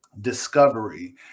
discovery